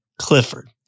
Clifford